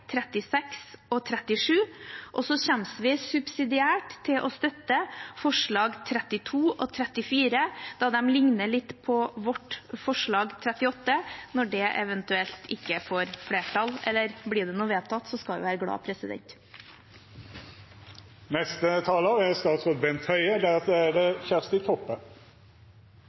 36 og 37. Vi kommer subsidiært til å støtte forslagene nr. 32 og 34 da de ligner litt på vårt forslag nr. 38, når det eventuelt ikke får flertall – blir det nå vedtatt, skal vi være glade. Jeg vil benytte anledningen til å si noe ytterligere om situasjonen knyttet til luftambulansetjenesten. Som jeg sa i mitt hovedinnlegg, er det